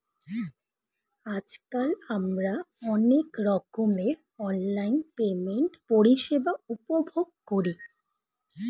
আজকাল আমরা অনেক রকমের অনলাইন পেমেন্ট পরিষেবা উপভোগ করি